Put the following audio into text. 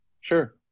sure